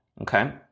okay